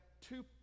two